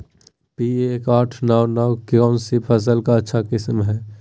P एक आठ नौ नौ कौन सी फसल का अच्छा किस्म हैं?